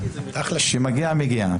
כשמגיע מגיע,